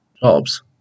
jobs